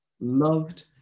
loved